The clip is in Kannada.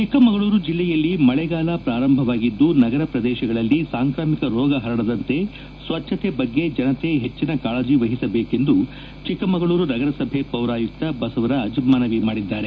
ಚಿಕ್ಕಮಗಳೂರು ಜೆಲ್ಲೆಯಲ್ಲಿ ಮಳೆಗಾಲ ಪ್ರಾರಂಭವಾಗಿದ್ದು ನಗರ ಪ್ರದೇಶಗಳಲ್ಲಿ ಸಾಂಕ್ರಾಮಿಕ ರೋಗ ಪರಡದಂತೆ ಸ್ವಚ್ಛತೆ ಬಗ್ಗೆ ಜನತೆ ಹೆಚ್ಚಿನ ಕಾಳಜಿ ವಹಿಸಬೇಕೆಂದು ಚಿಕ್ಕಮಗಳೂರು ನಗರಸಭೆ ಪೌರಾಯುಕ್ತ ಬಸವರಾಜ್ ಮನವಿ ಮಾಡಿದ್ದಾರೆ